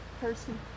person